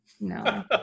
No